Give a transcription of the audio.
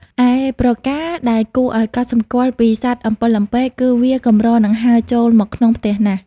ឯប្រការដែលគួរឱ្យកត់សំគាល់ពីសត្វអំពិលអំពែក គឺវាកម្រនឹងហើរចូលមកក្នុងផ្ទះណាស់។